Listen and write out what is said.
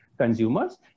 Consumers